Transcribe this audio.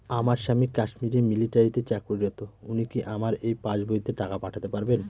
আমার স্বামী কাশ্মীরে মিলিটারিতে চাকুরিরত উনি কি আমার এই পাসবইতে টাকা পাঠাতে পারবেন?